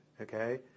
okay